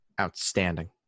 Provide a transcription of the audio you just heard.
outstanding